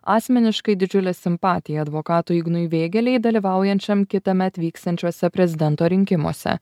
asmeniškai didžiulę simpatiją advokatui ignui vėgėlei dalyvaujančiam kitąmet vyksiančiuose prezidento rinkimuose